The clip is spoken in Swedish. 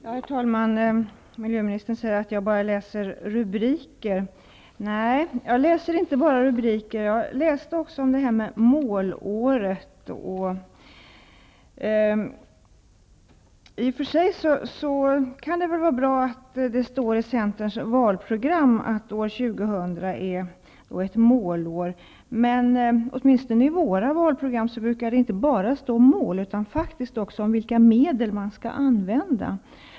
Herr talman! Miljöministern säger att jag läser bara rubriker. Nej, jag läser inte bara rubriker. Jag läste också om målåret. I och för sig kan det väl vara bra att det i Centerns valprogram står att år 2000 är ett målår. Men åtminstone i våra valprogram brukar det stå inte bara mål utan faktiskt också vilka medel man skall använda.